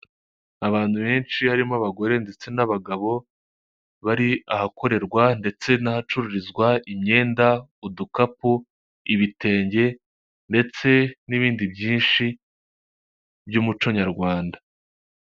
Abantu benshi harimo abagore ndetse n'abagabo, bari ahakorerwa ndetse n'ahacururizwa imyenda, udukapu, ibitenge, ndetse n'ibindi byinshi by'umuco nyarwanda.